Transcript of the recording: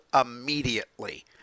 immediately